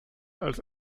als